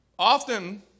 Often